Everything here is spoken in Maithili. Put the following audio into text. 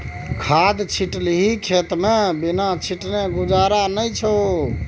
खाद छिटलही खेतमे बिना छीटने गुजारा नै छौ